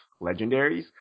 legendaries